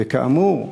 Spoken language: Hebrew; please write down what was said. וכאמור,